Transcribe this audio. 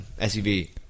SUV